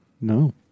No